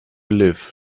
live